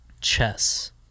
chess